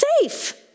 safe